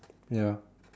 ya